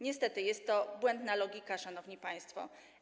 Niestety jest to błędna logika, szanowni państwo.